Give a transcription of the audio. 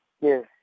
Yes